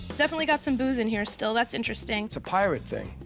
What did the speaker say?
definitely got some booze in here still. that's interesting. it's a pirate thing,